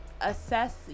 assess